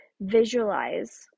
visualize